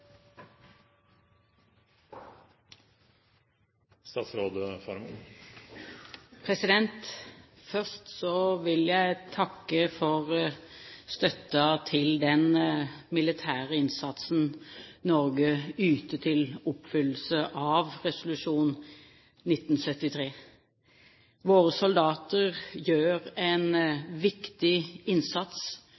norsk innenrikspolitikk. Først vil jeg takke for støtten til den militære innsatsen Norge yter til oppfyllelse av resolusjon 1973. Våre